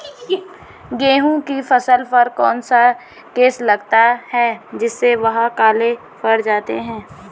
गेहूँ की फसल पर कौन सा केस लगता है जिससे वह काले पड़ जाते हैं?